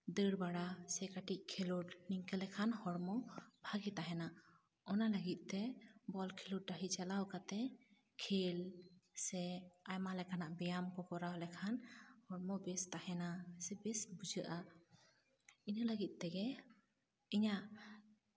ᱫᱟᱹᱲ ᱵᱟᱲᱟ ᱥᱮ ᱠᱟᱹᱴᱤᱡ ᱠᱷᱮᱞᱳᱰ ᱱᱤᱝᱠᱟᱹ ᱞᱮᱠᱷᱟᱱ ᱦᱚᱲᱢᱚ ᱵᱷᱟᱜᱮ ᱛᱟᱦᱮᱱᱟ ᱚᱱᱟ ᱞᱟᱹᱜᱤᱫ ᱛᱮ ᱵᱚᱞ ᱠᱷᱮᱞᱳᱰ ᱰᱟ ᱦᱤ ᱪᱟᱞᱟᱣ ᱠᱟᱛᱮ ᱠᱷᱮᱞ ᱥᱮ ᱟᱭᱢᱟ ᱞᱮᱠᱟᱱᱟᱜ ᱵᱮᱭᱟᱢ ᱠᱚ ᱠᱚᱨᱟᱣ ᱞᱮᱠᱷᱟᱱ ᱦᱚᱲ ᱵᱮᱥ ᱛᱟᱦᱮᱱᱟ ᱥᱮ ᱵᱮᱥ ᱵᱩᱡᱷᱟᱹᱜᱼᱟ ᱤᱱᱟᱹ ᱞᱟᱹᱜᱤᱫ ᱛᱮᱜᱮ ᱤᱧᱟᱹᱜ